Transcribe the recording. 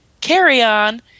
carry-on